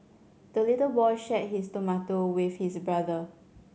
the little boy shared his tomato with his brother